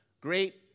great